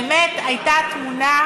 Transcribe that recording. תראו, זו באמת הייתה תמונה,